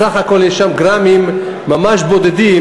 בסך הכול יש שם גרמים ממש בודדים,